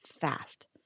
fast